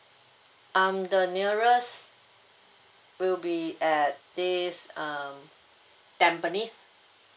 um the nearest will be at this uh tampines